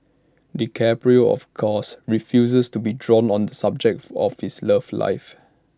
DiCaprio of course refuses to be drawn on the subject of his love life